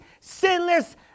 sinless